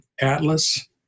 Atlas